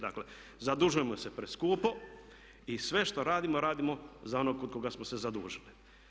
Dakle, zadužujemo se preskupo i sve što radimo, radimo za onog kod koga smo se zadužili.